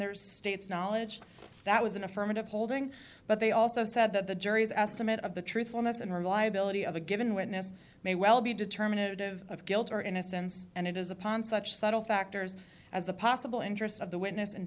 there's state's knowledge that was an affirmative holding but they also said that the jury's estimate of the truthfulness and reliability of a given witness may well be determinative of guilt or innocence and it is upon such subtle factors as the possible interest of the witness and